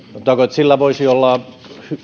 sillä voisi olla